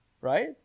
right